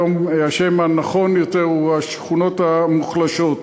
היום השם הנכון יותר הוא השכונות המוחלשות.